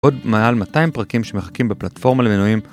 עוד מעל 200 פרקים שמחכים בפלטפורמה למנויים